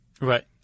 Right